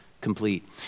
complete